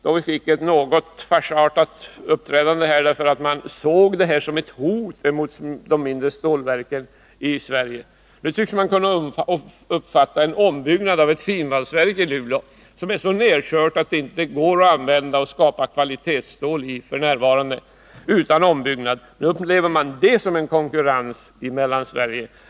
Då fick vi ett något farsartat uppträdande här, därför att ett sådant verk uppfattades som ett hot mot de mindre stålverken i Sverige. Nu tycks ombyggnad av ett finvalsverk i Luleå, som är så nerkört att det inte går att använda för tillverkning av kvalitetsstål, uppfattas som att det skapas en konkurrent till industrierna i Mellansverige.